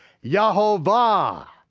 yehovah,